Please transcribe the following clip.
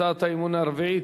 הצעת האי-אמון הרביעית: